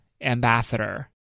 ambassador